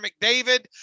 McDavid